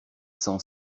cent